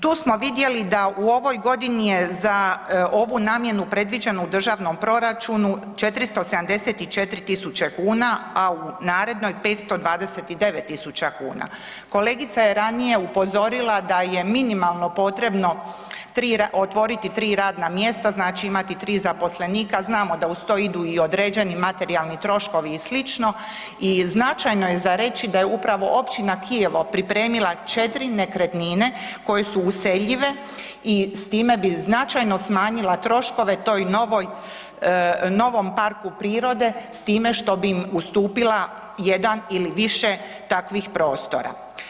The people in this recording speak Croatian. Tu smo vidjeli da u ovoj godini je za ovu namjenu predviđeno u državnom proračunu 474.000 kuna, a u narednoj 529.000 kuna, kolegica je ranije upozorila da je minimalno potrebno otvoriti 3 radna mjesta, znači imati 3 zaposlenika, znamo da uz to idu i određeni materijalni troškovi i sl., i značajno je za reći da je upravo općina Kijevo pripremila 4 nekretnine koje su useljive i s time bi značajno smanjila troškove toj novoj, novom parku prirode s time što bi im ustupila jedan ili više takvih prostora.